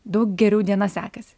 daug geriau diena sekasi